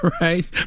right